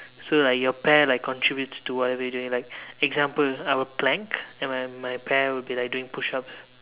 so like your pair like contributes to whatever you are doing like example our plank and my my pair will be like doing push ups